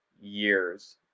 years